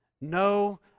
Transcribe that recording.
No